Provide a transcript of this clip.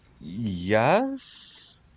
yes